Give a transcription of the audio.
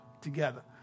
together